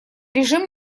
режим